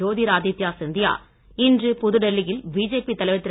ஜோதிராதித்யா சிந்தியா இன்று புதுடெல்லியில் பிஜேபி தலைவர் திரு